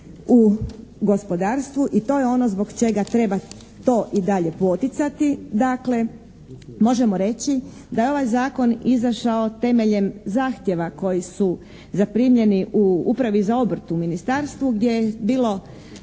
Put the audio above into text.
u gospodarstvu. I to je ono zbog čega to dalje i poticati. Dakle možemo reći da je ovaj zakon izašao temeljem zahtjeva koji su zaprimljeni u Upravi za obrt u ministarstvu gdje je bilo